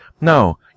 No